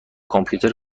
کامپیوتر